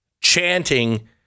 chanting